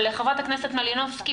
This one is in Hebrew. חברת הכנסת מלינובסקי,